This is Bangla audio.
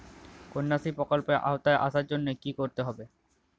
কন্যাশ্রী প্রকল্পের আওতায় আসার জন্য কী করতে হবে?